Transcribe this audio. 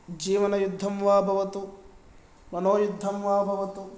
जीवनयुद्धं वा भवतु मनोयुद्धं वा भवतु